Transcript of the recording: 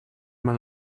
mal